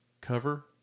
cover